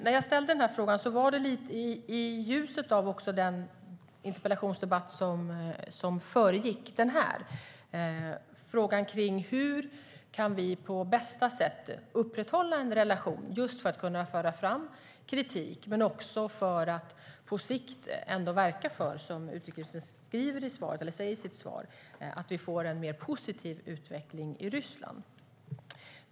När jag ställde min fråga var det i ljuset av den interpellationsdebatt som föregick den här. Frågan var hur vi på bästa sätt kan upprätthålla en relation just för att kunna föra fram kritik och för att på sikt verka för att vi, som utrikesministern säger i svaret, får en mer positiv utveckling i Ryssland.